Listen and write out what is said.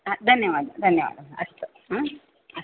धन्यवादः धन्यवादः अस्तु अस्तु